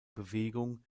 bewegung